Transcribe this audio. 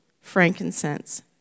frankincense